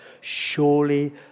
surely